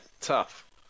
tough